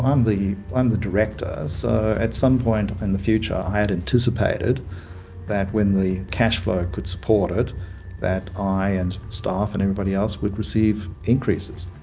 um the i'm the director so at some point in the future i had anticipated that when the cash flow could support it that i, and staff and everybody else would receive increases.